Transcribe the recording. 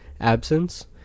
absence